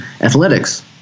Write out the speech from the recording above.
athletics